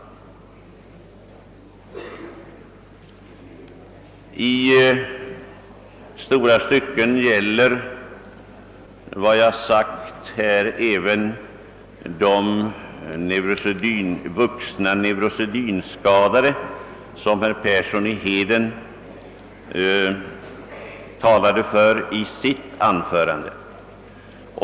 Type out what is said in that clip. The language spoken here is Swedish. I stora stycken gäller vad jag påpekat här även de vuxna neurosedynskadade, som herr Persson i Heden talade för i sitt anförande.